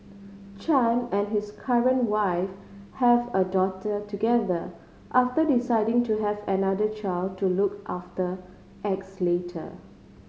Chan and his current wife have a daughter together after deciding to have another child to look after X later